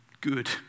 good